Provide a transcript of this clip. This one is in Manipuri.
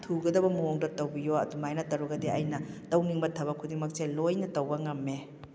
ꯊꯨꯒꯗꯕ ꯃꯑꯣꯡꯗ ꯇꯧꯕꯤꯌꯣ ꯑꯗꯨꯃꯥꯏꯅ ꯇꯧꯔꯒꯗ ꯑꯩꯅ ꯇꯧꯅꯤꯡꯕ ꯊꯕꯛ ꯈꯨꯗꯤꯡꯃꯛꯁꯦ ꯂꯣꯏꯅ ꯇꯧꯕ ꯉꯝꯃꯦ